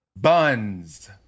buns